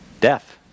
Death